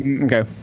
Okay